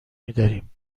میداریم